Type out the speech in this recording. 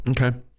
Okay